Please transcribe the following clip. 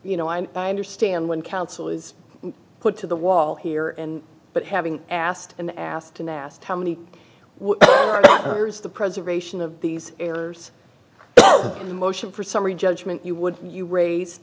you know i understand when counsel is put to the wall here and but having asked and asked and asked how many hours the preservation of these errors in the motion for summary judgment you would you raise